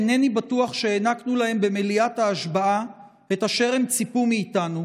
אינני בטוח שהענקנו להם במליאת ההשבעה את אשר הם ציפו מאיתנו,